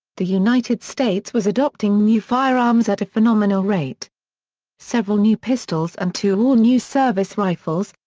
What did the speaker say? the united states was adopting new firearms at a phenomenal rate several new pistols and two all-new service rifles,